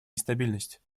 нестабильность